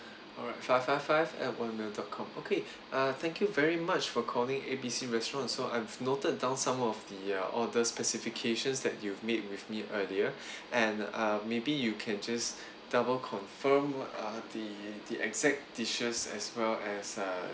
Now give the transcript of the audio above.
alright five five five at one mail dot com okay uh thank you very much for calling A B C restaurant so I've noted down some of the uh order specifications that you've made with me earlier and uh maybe you can just double confirm uh the the exact dishes as well as uh